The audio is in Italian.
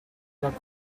dalla